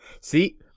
see